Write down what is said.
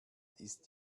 ist